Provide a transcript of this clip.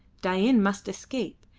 dain must escape,